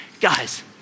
Guys